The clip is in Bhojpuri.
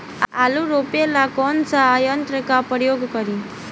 आलू रोपे ला कौन सा यंत्र का प्रयोग करी?